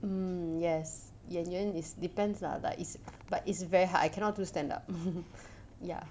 um yes 演员 is depends lah but it's but it's very hard I cannot do stand up ya